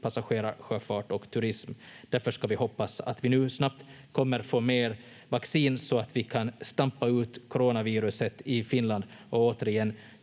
passagerarsjöfart och turism. Därför ska vi hoppas att vi nu snabbt kommer få mer vaccin så att vi kan stampa ut coronaviruset i Finland och återigen